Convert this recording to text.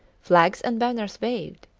flags and banners waved,